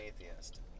atheist